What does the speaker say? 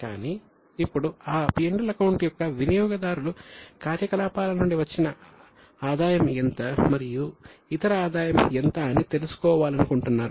కానీ ఇప్పుడు ఆ P L అకౌంట్ యొక్క వినియోగదారులు కార్యకలాపాల నుండి వచ్చే ఆదాయం ఎంత మరియు ఇతర ఆదాయం ఎంత అని తెలుసుకోవాలనుకుంటున్నారు